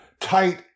tight